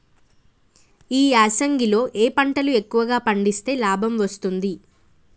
ఈ యాసంగి లో ఏ పంటలు ఎక్కువగా పండిస్తే లాభం వస్తుంది?